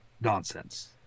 nonsense